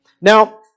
Now